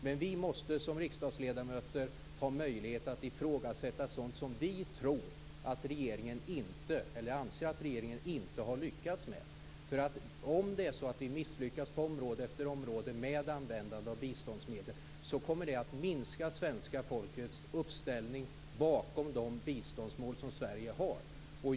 Men vi riksdagsledamöter måste ha möjlighet att ifrågasätta sådant som vi anser att regeringen inte har lyckats med. Om det är så att vi på område efter område misslyckas med användandet av biståndsmedel kommer det att minska svenska folkets uppställning bakom de biståndsmål som Sverige har.